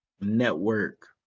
network